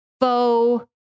faux